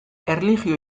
erlijio